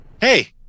Hey